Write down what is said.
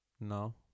No